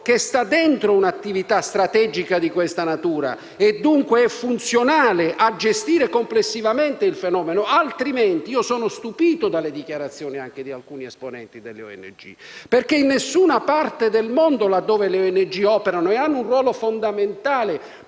inserisce in un'attività strategica di questa natura e dunque è funzionale a gestire complessivamente il fenomeno, altrimenti sono stupito dalle dichiarazioni di alcuni esponenti delle ONG, perché in nessuna parte del mondo in cui le ONG operano ed hanno un ruolo fondamentale